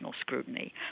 scrutiny